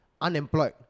unemployed